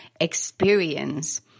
experience